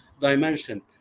dimension